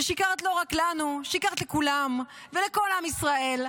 ושיקרת לא רק לנו, שיקרת לכולם ולכל עם ישראל,